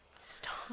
Stop